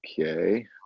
okay